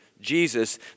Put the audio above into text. Jesus